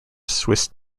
swiss